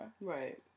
Right